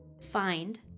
Find